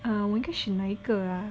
err 我应该选哪一个 ah